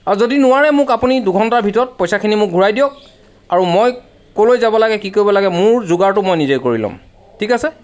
আৰু যদি নোৱাৰে মোক আপুনি দুঘণ্টাৰ ভিতৰত পইচাখিনি মোক ঘূৰাই দিয়ক আৰু মই ক'লৈ যাব লাগে কি কৰিব লাগে মোৰ যোগাৰটো মই নিজেই কৰি ল'ম ঠিক আছে